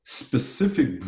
specific